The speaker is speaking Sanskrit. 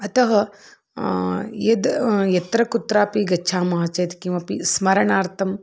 अतः यद् यत्र कुत्रापि गच्छामः चेत् किमपि स्मरणार्थम्